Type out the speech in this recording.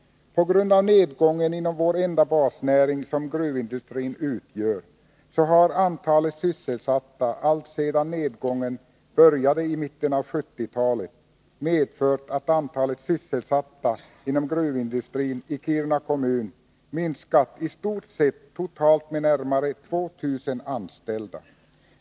Nedgången inom vår enda basnäring, gruvindustrin, har — alltsedan nedgången började i mitten av 1970-talet — medfört att antalet sysselsatta inom gruvindustrin i Kiruna kommun minskat i stort sett med närmare 2 000 anställda.